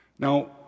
Now